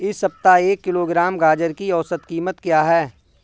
इस सप्ताह एक किलोग्राम गाजर की औसत कीमत क्या है?